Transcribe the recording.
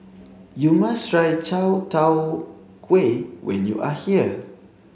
you must try Chai Tow Kuay when you are here